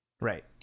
Right